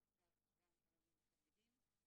גם עלונים לתלמידים,